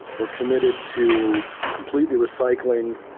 are committed to completely recycling.